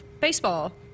baseball